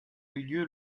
lieu